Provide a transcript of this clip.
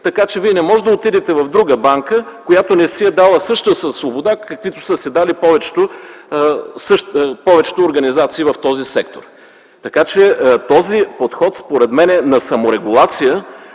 Така че Вие не може да отидете в друга банка, която не си е дала същата свобода, каквито са си дали повечето организации в този сектор. Този подход на саморегулация